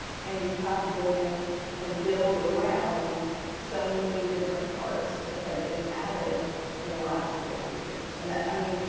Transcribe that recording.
and you'd have to go in and build around so many different parts that have been added in the last fifty years. and i mean,